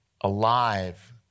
alive